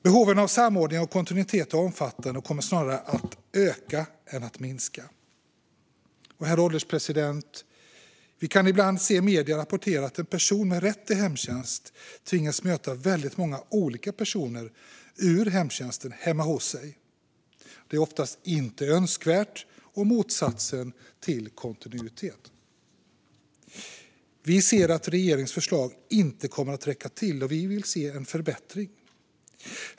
Behoven av samordning och kontinuitet är omfattande och kommer snarare att öka än att minska. Herr ålderspresident! Vi kan ibland se medier rapportera att en person med rätt till hemtjänst tvingas möta väldigt många olika personer ur hemtjänsten hemma hos sig. Detta är oftast inte önskvärt och motsatsen till kontinuitet. Vi ser att regeringens förslag inte kommer att räcka till, och vi vill se en förbättring.